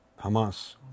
Hamas